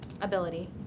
ability